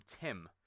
tim